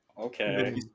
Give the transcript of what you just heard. Okay